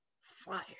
fire